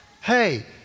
Hey